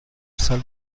سال